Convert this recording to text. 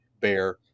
bear